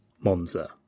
Monza